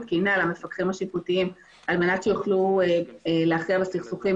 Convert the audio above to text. תקינה למפקחים השיפוטיים כדי שיוכלו להכריע בסכסוכים